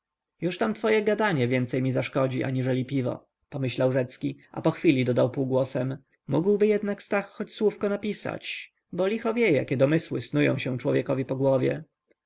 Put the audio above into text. już tam twoje gadanie więcej mi zaszkodzi aniżeli piwo pomyślał rzecki a pochwili dodał półgłosem mógłby jednakże stach choć słówko napisać bo licho wie jakie domysły snują się człowiekowi po głowie